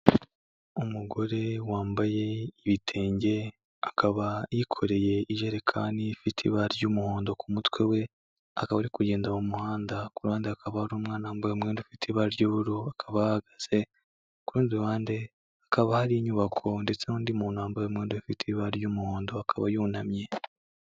Umugore wambaye ibitenge akaba yikoreye ijerekani ifite ibara ry'umuhondo ku mutwe we akaba ari kugenda mu muhanda ku ruhande akaba ari umwanawana wambaye umwenda ufite ibara ry'ubururu, bakaba bahagaze ku rundi ruhande hakaba hari inyubako ndetse n'undi muntu wambaye umwenda ufite ibara ry'umuhondo akaba yunamye.